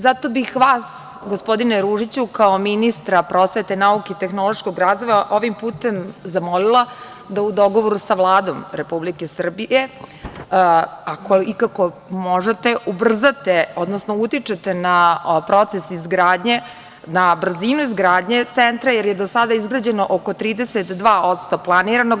Zato bih vas, gospodine Ružiću, kao ministra prosvete, nauke i tehnološkog razvoja, ovim putem zamolila da u dogovoru sa Vladom Republike Srbije, ako ikako možete, ubrzate, odnosno utičete na proces izgradnje, na brzinu izgradnje centra, jer je do sada izgrađeno oko 32% planiranog.